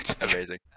Amazing